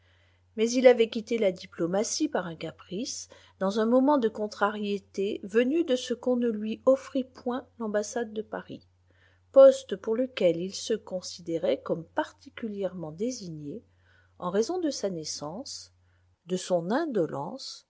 maïs il avait quitté la diplomatie par un caprice dans un moment de contrariété venu de ce qu'on ne lui offrit point l'ambassade de paris poste pour lequel il se considérait comme particulièrement désigné en raison de sa naissance de son indolence